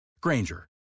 Granger